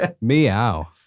Meow